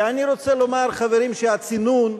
ואני רוצה לומר, חברים, שהצינון,